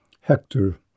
Hector